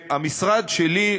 המשרד שלי,